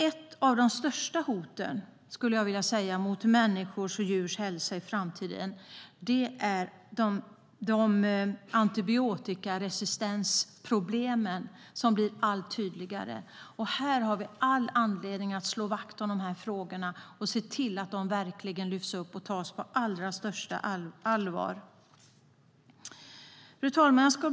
Ett av de största hoten mot människors och djurs hälsa i framtiden är antibiotikaresistensproblemen som blir allt tydligare. Vi har all anledning att slå vakt om dessa frågor och se till att de verkligen lyfts fram och tas på allra största allvar. Fru talman!